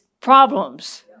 Problems